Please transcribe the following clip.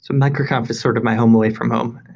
um micro conf is sort of my home away from home.